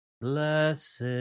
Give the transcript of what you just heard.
blessed